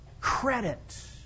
credit